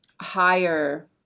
higher